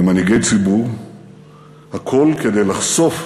הכול כדי לחשוף